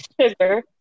Sugar